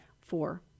Four